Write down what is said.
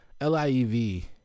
L-I-E-V